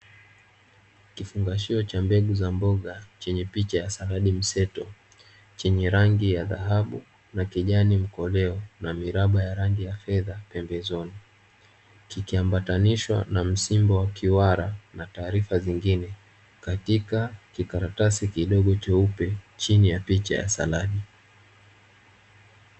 Kifungashio cha mbegu za mboga chenye picha ya saladi mseto; chenye rangi ya dhahabu na kijani mkoleo na miraba ya rangi ya fedha pembezoni. Kikiambatanishwa na msimbo wa "QR" na taarifa zingine katika kikaratasi kidogo cheupe chini ya picha ya saladi.